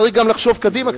צריך לחשוב גם קצת קדימה.